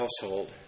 household